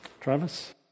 Travis